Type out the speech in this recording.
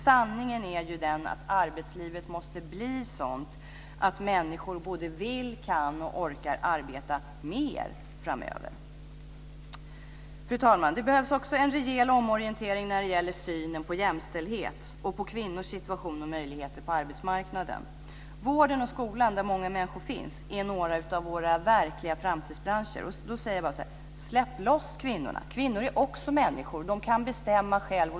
Sanningen är att arbetslivet måste bli sådant att människor både vill, kan och orkar arbeta mer framöver. Fru talman! För det fjärde behövs en rejäl omorientering när det gäller synen på jämställdhet och kvinnors situation och möjligheter på arbetsmarknaden. Vården och skolan, där många människor finns, är några av våra verkliga framtidsbranscher. Släpp loss kvinnorna! Kvinnor är också människor. De kan bestämma själva.